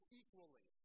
equally